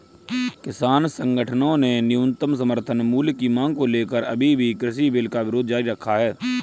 किसान संगठनों ने न्यूनतम समर्थन मूल्य की मांग को लेकर अभी भी कृषि बिल का विरोध जारी रखा है